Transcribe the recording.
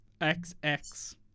XX